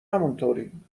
همونطوریم